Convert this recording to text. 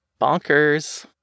Bonkers